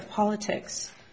of politics